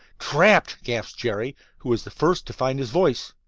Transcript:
trapped! gasped jerry, who was the first to find his voice.